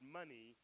money